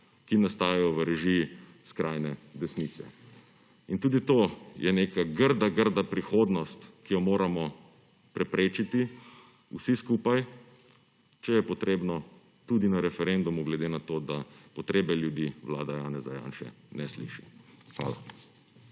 ki nastajajo v režiji skrajne desnice. In tudi to je neka grda, grda prihodnost, ki jo moramo preprečiti, vsi skupaj, če je potrebno, tudi na referendumu, glede na to, da potrebe ljudi vlada Janeza Janše ne sliši. Hvala.